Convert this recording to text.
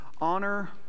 Honor